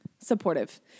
supportive